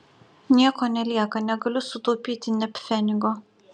nieko nelieka negaliu sutaupyti nė pfenigo